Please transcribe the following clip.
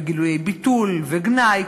בגילויי ביטול וגנאי,